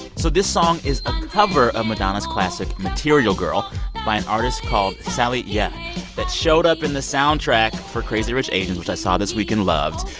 so this song is a cover of madonna's classic material girl by an artist called sally yeh that showed up in the soundtrack for crazy rich asians, which i saw this weekend and loved.